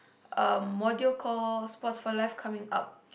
a module call sports for life coming up